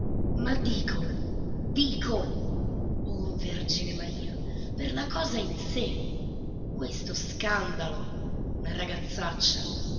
ma dico dico oh vergine maria per la cosa in sé questo scandalo una ragazzaccia